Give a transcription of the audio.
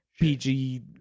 pg